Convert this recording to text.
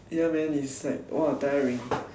ya man it's like !wah! tiring